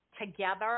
together